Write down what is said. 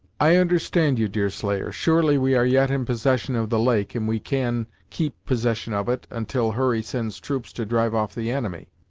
i understand you, deerslayer surely we are yet in possession of the lake, and we can keep possession of it until hurry sends troops to drive off the enemy.